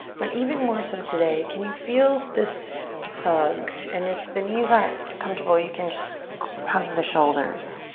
but even more so today, can you feel this hug? and if the knees aren't comfortable, you can just hug the shoulders.